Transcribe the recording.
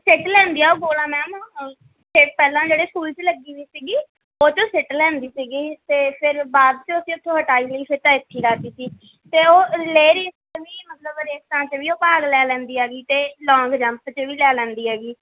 ਸੁੱਟ ਲੈਂਦੀ ਆ ਗੋਲਾ ਮੈਮ ਪਹਿਲਾਂ ਜਿਹੜੇ ਸਕੂਲ ਵੀ ਲੱਗੀ ਹੋਈ ਸੀਗੀ ਉਹ 'ਚ ਸੁੱਟ ਲੈਂਦੀ ਸੀਗੀ ਅਤੇ ਫਿਰ ਬਾਅਦ 'ਚੋਂ ਅਸੀਂ ਉੱਥੋਂ ਹਟਾਈ ਲਈ ਫਿਰ ਤਾਂ ਇੱਥੇ ਲਾਤੀ ਸੀ ਅਤੇ ਉਹ ਲਹਿਰੀ ਮਤਲਬ ਰੇਸਾਂ ਵਿੱਚ ਵੀ ਉਹ ਭਾਗ ਲੈ ਲੈਂਦੀ ਹੈਗੀ ਅਤੇ ਲੌਂਗ ਜੰਪ 'ਚ ਵੀ ਲੈ ਲੈਂਦੀ ਹੈਗੀ